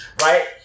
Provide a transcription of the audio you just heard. right